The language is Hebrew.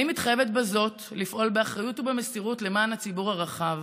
אני מתחייבת בזאת לפעול באחריות ובמסירות למען הציבור הרחב,